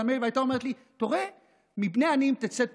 והייתה אומרת לי: מבני עניים תצא תורה,